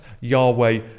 yahweh